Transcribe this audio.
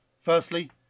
Firstly